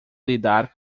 lidar